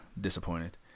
Disappointed